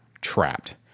trapped